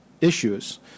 issues